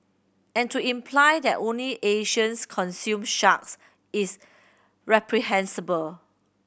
and to imply that only Asians consume sharks is reprehensible